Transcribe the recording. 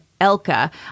Elka